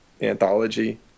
anthology